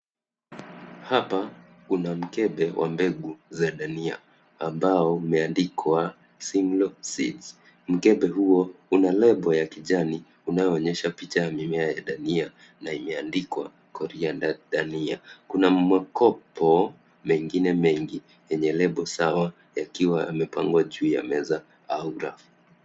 Hapa kuna mkebe wa mbegu za dania ambao umeandikwa Simlaw Seeds, mkebe huo una lebo ya kijani unaoonyesha picha ya miemea ya dania na imandikwa coriander dania. Kuna makopo mengine mengi yenye lebo sawa yakiwa yamepangwa juu ya meza au rafu.